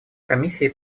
комиссии